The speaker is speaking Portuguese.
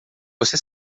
você